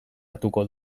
hartuko